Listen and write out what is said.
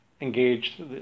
engaged